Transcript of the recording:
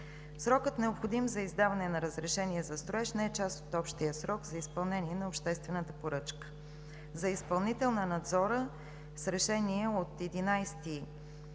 Срокът, необходим за издаване на разрешение за строеж, не е част от общия срок за изпълнение на обществената поръчка. За изпълнител на надзора – с Решение от 11